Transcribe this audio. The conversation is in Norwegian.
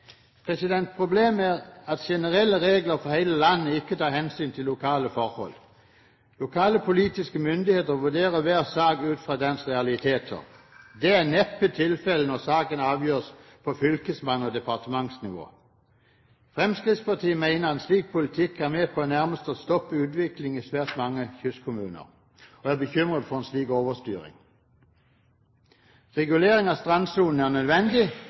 Problemet er at generelle regler for hele landet ikke tar hensyn til lokale forhold. Lokale politiske myndigheter vurderer hver sak ut fra dens realiteter. Det er neppe tilfellet når saken avgjøres på fylkesmanns- eller departementsnivå. Fremskrittspartiet mener at en slik politikk er med på nærmest å stoppe utviklingen i svært mange kystkommuner, og er bekymret for en slik overstyring. Regulering av strandsonen er nødvendig,